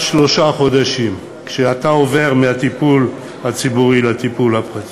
שלושה חודשים במעבר מהטיפול הציבורי לטיפול הפרטי.